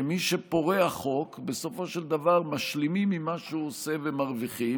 שמי שפורע חוק בסופו של דבר משלימים עם מה שהוא עושה ומרוויחים.